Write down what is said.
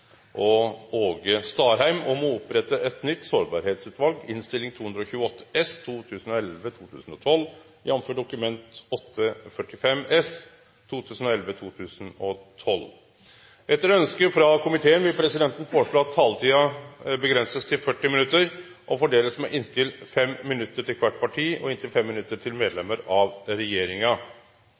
fremme et forslag om mer fysisk aktivitet i grunnskolen. Forslaget vil bli behandlet på reglementsmessig måte. Etter ønske fra familie- og kulturkomiteen vil presidenten foreslå at taletiden begrenses til 40 minutter og fordeles med inntil 5 minutter til hvert parti og inntil 5 minutter til medlem av